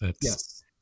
Yes